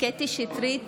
קטי קטרין שטרית,